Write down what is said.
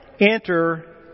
enter